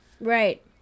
Right